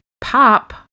pop